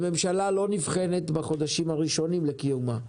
ממשלה לא נבחנת בחודשים הראשונים לקיומה,